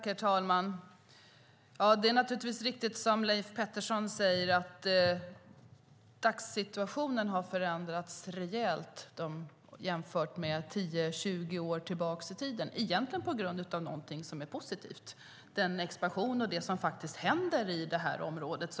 Herr talman! Det är naturligtvis riktigt som Leif Pettersson säger att dagssituationen har förändrats rejält jämfört med 10-20 år tillbaka i tiden, egentligen på grund av någonting som är positivt, nämligen den expansion som pågår i det här området.